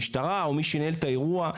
המשטרה או מי שניהל את האירוע,